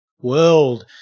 world